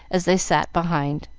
as they sat behind.